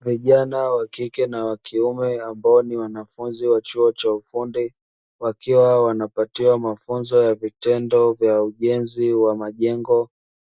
Vijana wa kike na wa kiume, ambao ni wanafunzi wa chuo cha ufundi, wakiwa wanapatiwa mafunzo ya vitendo vya ujenzi wa majengo,